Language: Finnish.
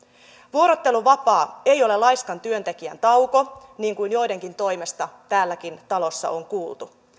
vuorotteluvapaa ei ole laiskan työntekijän tauko niin kuin joidenkin toimesta täälläkin talossa on kuultu